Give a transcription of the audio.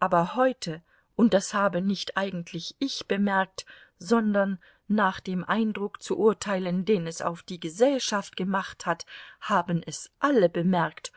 aber heute und das habe nicht eigentlich ich bemerkt sondern nach dem eindruck zu urteilen den es auf die gesellschaft gemacht hat haben es alle bemerkt